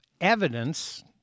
evidence